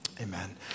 Amen